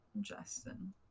Justin